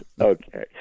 Okay